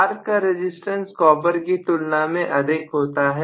arc का resistance copper की तुलना में अधिक होता है